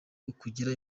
ukugira